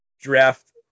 draft